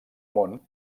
món